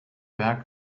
berg